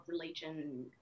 religion